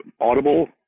Audible